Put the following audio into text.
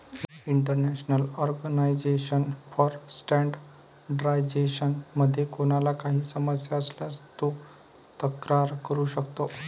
international organization for standardization मध्ये कोणाला काही समस्या असल्यास तो तक्रार करू शकतो